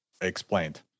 explained